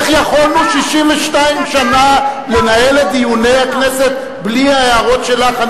אני מנסה לחשוב איך יכולנו 62 שנה לנהל את דיוני הכנסת בלי ההערות שלך.